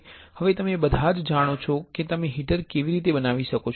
હવે તમે બધા જ જાણો છો કે તમે હીટર કેવી રીતે બનાવી શકો છો